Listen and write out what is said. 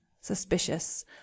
suspicious